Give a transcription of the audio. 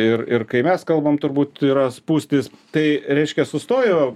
ir ir kai mes kalbam turbūt yra spūstys tai reiškia sustojo